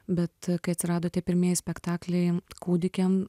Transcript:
bet kai atsirado tie pirmieji spektakliai kūdikiam